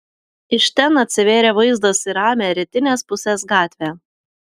iš ten atsivėrė vaizdas į ramią rytinės pusės gatvę